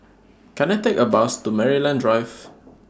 Can I Take A Bus to Maryland Drive